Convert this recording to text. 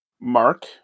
Mark